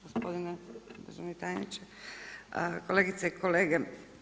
Gospodine državni tajniče, kolegice i kolege.